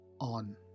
on